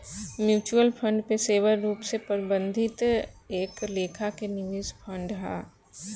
mutual fund पेशेवर रूप से प्रबंधित एक लेखा के निवेश फंड हा